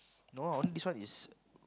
no only this one is